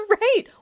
right